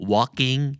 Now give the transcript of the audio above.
Walking